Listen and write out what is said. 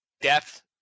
Depth